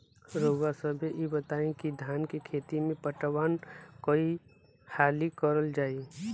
रउवा सभे इ बताईं की धान के खेती में पटवान कई हाली करल जाई?